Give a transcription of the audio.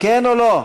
כן או לא?